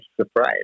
surprise